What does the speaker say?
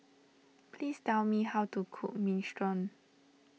please tell me how to cook Minestrone